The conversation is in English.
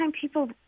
people